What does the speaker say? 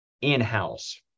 in-house